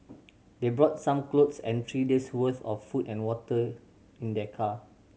they brought some clothes and three days' worth of food and water in their car